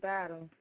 battle